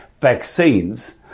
vaccines